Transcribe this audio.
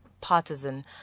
partisan